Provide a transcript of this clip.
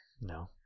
No